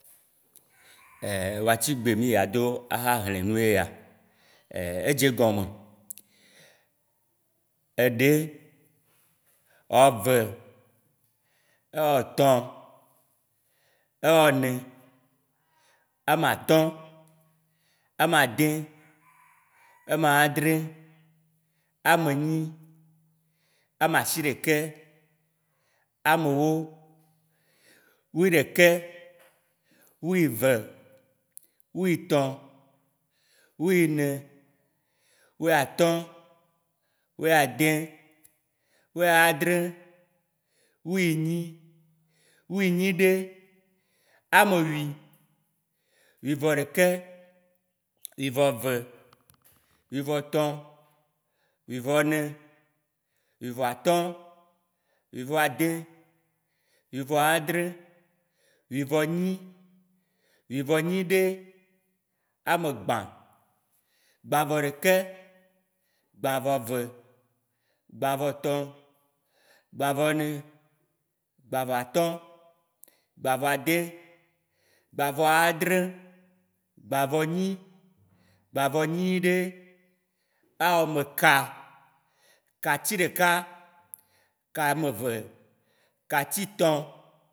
Wacigbe mì dza do axa xle nu ye ya edze egɔme: Eɖe, ewɔve, ewɔtɔ, ewɔne, amatɔ̃, amade, amadrẽ, amenyi, amasiɖekɛ, amewo, wuiɖeke, wuieve, wuietɔ, wuiene, wuiatɔ, wuiade, wuiadre, wuienyi, wuienyiɖe, amewui, wuivɔɖeke, wuivɔve, wuivɔtɔ̃, wuivɔne, wuivɔatɔ̃, wuivɔade, wuivɔadre, wuivɔenyi, wuivɔnyiɖe, amegbã, gbãvɔɖeke, gbãvɔeve, gbãvɔetɔ̃, gbãvɔene, gbãvɔatɔ̃, gbãvɔade, gbãvɔadre, gbãvɔenyi, gbãvɔnyiɖe, awɔmeka, katiɖeka, kanueve, katitɔ